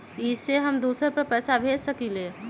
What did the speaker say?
इ सेऐ हम दुसर पर पैसा भेज सकील?